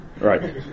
Right